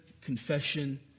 confession